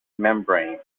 membrane